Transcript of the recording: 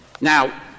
Now